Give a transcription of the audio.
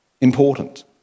important